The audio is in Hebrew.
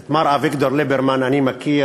את מר אביגדור ליברמן אני מכיר